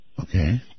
Okay